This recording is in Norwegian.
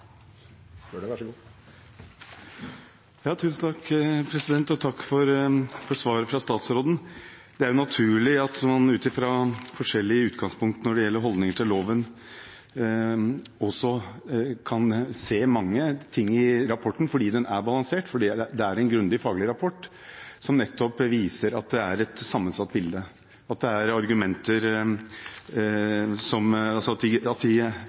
naturlig at man ut fra forskjellige utgangspunkt når det gjelder holdning til loven, også kan se mange ting i rapporten, fordi den er balansert. Det er en grundig faglig rapport som nettopp viser at det er et sammensatt bilde, og den viser usikkerheten rundt mange av de tingene som